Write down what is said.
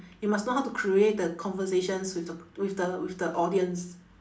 you must know how to create the conversations with the with the with the audience